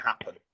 happen